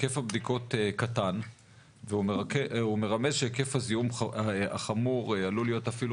היקף הבדיקות קטן והוא מרמז שהיקף הזיהום החמור עלול להיות אפילו